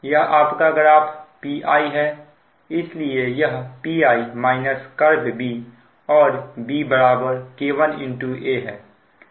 यह आपका graph Pi है इसलिए यह Pi curve 'B' है